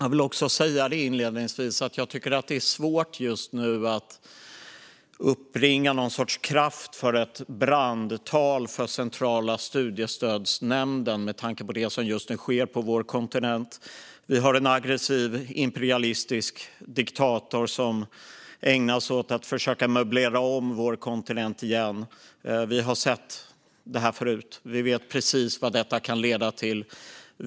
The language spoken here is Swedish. Inledningsvis vill jag säga att jag tycker att det är svårt att uppbringa kraft för ett brandtal om Centrala studiestödsnämnden med tanke på det som just nu sker på vår kontinent. Vi har en aggressiv, imperialistisk diktator som ägnar sig åt att försöka möblera om vår kontinent igen. Vi har sett det här förut. Vi vet precis vad det kan leda till.